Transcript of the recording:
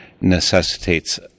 necessitates